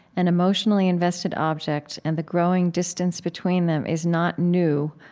and emotionally-invested objects, and the growing distance between them is not new,